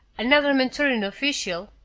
another mentorian official,